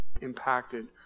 impacted